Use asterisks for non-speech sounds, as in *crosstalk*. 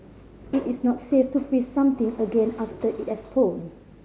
it is not safe to freeze something again after it has *unintelligible*